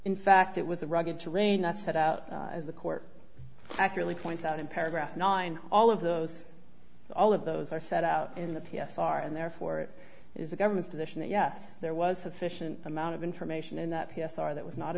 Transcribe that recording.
in fact it was a rugged terrain that set out the court accurately points out in paragraph nine all of those all of those are set out in the p s r and therefore it is the government's position that yes there was sufficient amount of information and p s r that was not